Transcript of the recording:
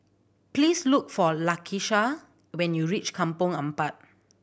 please look for Lakisha when you reach Kampong Ampat